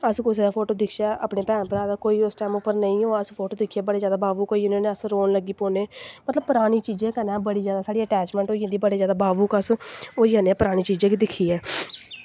अस कुसै दा फोटो दिखचै अपने भैन भ्राह् दा कोई उस टैम नेईं होऐ अस फोटो दिक्खियै बड़े जैदा भावुक होई जन्ने होन्ने कनै अस रोन लग्गी पौन्ने मतलब परानी चीज़ें कन्नै साढ़ी बड़ी जैदा अटैचमैंट होई जंदी बड़े जैदा अस भावुक होई जन्ने परानी चीज़ें गी दिक्खियै